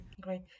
Great